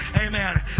Amen